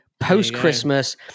Post-Christmas